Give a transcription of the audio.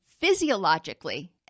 physiologically